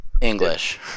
English